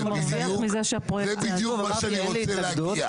זה בדיוק לאן שאני רוצה להגיע.